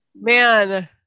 man